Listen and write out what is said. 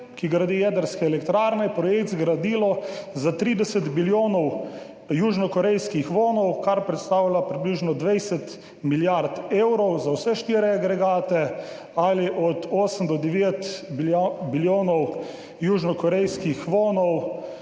ki gradi jedrske elektrarne, projekt zgradilo za 30 bilijonov južnokorejskih vonov, kar predstavlja približno 20 milijard evrov za vse štiri agregate, ali od 8 do 9 bilijonov južnokorejskih vonov